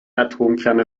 atomkerne